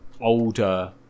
older